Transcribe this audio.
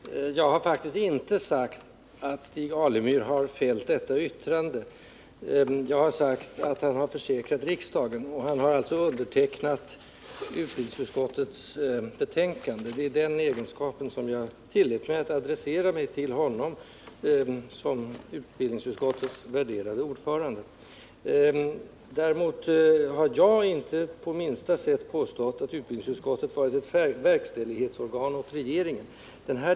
Herr talman! Jag har faktiskt inte sagt att Stig Alemyr fällt detta yttrande. Jag har sagt att han har försäkrat riksdagen det. Han har nämligen undertecknat utbildningsutskottets betänkande, och det är i denna hans egenskap som jag tillät mig åberopa honom som utbildningsutskottets värderade ordförande. Däremot har jag inte på minsta sätt påstått att utbildningsutskottet varit ett verkställighetsorgan åt regeringen.